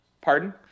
Pardon